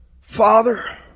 Father